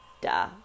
Duh